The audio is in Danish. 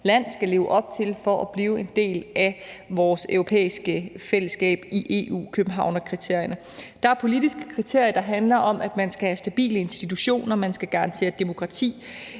land skal leve op til for at blive en del af vores europæiske fællesskab i EU, nemlig Københavnskriterierne. Det er politiske kriterier, der handler om, at man skal have stabile institutioner, man skal garantere demokrati,